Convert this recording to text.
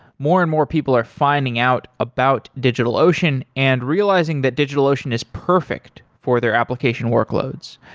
more and more people are finding out about digitalocean and realizing that digitalocean is perfect for their application workloads.